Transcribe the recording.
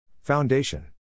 Foundation